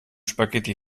spaghetti